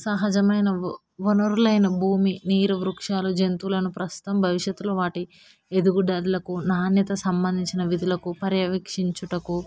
సహజమైన వనరులైన భూమి నీరు వృక్షాలు జంతువులను ప్రస్తుతం భవిష్యత్తులో వాటి ఎదుగుదలలకు నాణ్యత సంబంధించిన విధులకు పర్యవేక్షించుటకు